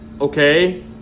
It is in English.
okay